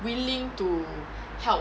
willing to help